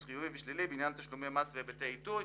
חיובי ושלילי בעניין תשלומי מס והיבטי עיתוי.